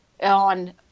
on